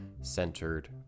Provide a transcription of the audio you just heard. centered